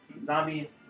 Zombie